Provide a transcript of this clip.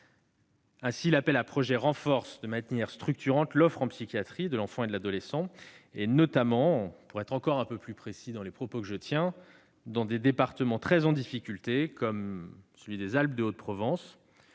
Ainsi, l'appel à projets renforce, de manière structurante, l'offre en psychiatrie de l'enfant et de l'adolescent, notamment, pour être encore plus précis, dans des départements très en difficulté, comme les Alpes-de-Haute-Provence,